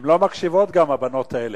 הן גם לא מקשיבות, הבנות האלה.